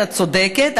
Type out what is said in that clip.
את צודקת.